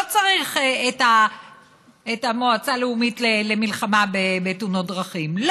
לא צריך את המועצה הלאומית למלחמה בתאונות דרכים,